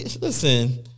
listen